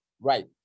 Right